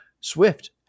Swift